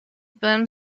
byłem